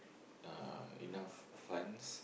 uh enough funds